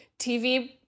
TV